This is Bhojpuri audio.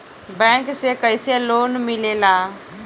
बैंक से कइसे लोन मिलेला?